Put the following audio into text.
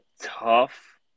tough